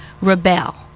rebel